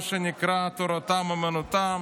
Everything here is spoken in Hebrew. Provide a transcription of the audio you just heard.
מה שנקרא "תורתם אומנותם",